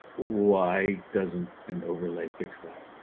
why doesn't an overlay fix that?